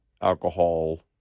alcohol